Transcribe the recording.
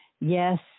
Yes